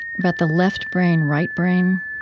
about the left brain, right brain